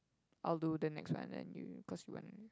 I'll do the next one then you cause you one